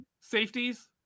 safeties